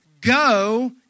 go